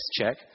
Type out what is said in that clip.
Check